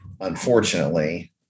unfortunately